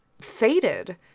faded